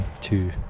two